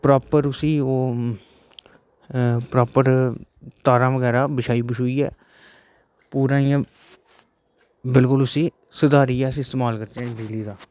proper उसी ओह् proper तारा बगेरा बिछाई ऐ पुरा इयां बिल्कुल उसी सधारिये इस्तेमाल करचे बिजली दा